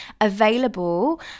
available